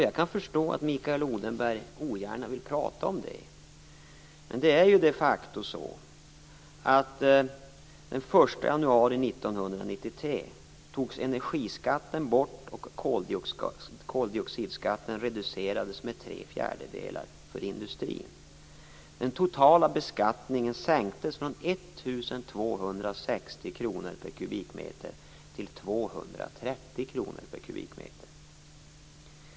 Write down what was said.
Jag kan förstå att Mikael Odenberg ogärna vill prata om det. Men de facto togs energiskatten bort och koldioxidskatten reducerades med tre fjärdedelar för industrin den 1 januari 1993. Den totala beskattningen sänktes från 1 260 kr per kubikmeter till 230 kr per kubikmeter.